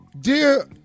dear